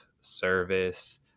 service